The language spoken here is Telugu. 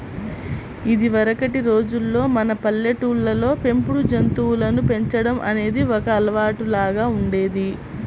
ఇదివరకటి రోజుల్లో మన పల్లెటూళ్ళల్లో పెంపుడు జంతువులను పెంచడం అనేది ఒక అలవాటులాగా ఉండేది